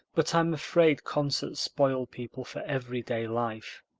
but i'm afraid concerts spoil people for everyday life.